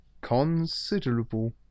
considerable